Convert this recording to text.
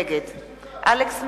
נגד אלכס מילר,